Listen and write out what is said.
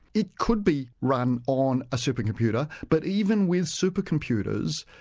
it could be run on a supercomputer. but even with supercomputers,